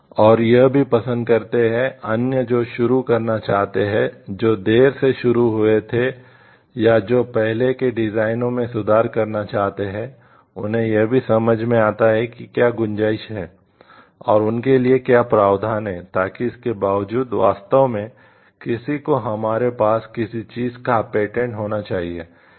और यह भी पसंद करते हैं अन्य जो शुरू करना चाहते हैं जो देर से शुरू हुए थे या जो पहले के डिजाइनों होना चाहिए